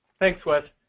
thanks, wes.